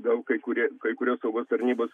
gal kai kurie kai kurios saugos tarnybos